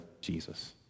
Jesus